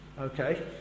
Okay